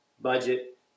budget